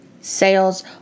sales